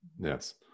Yes